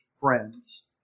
friends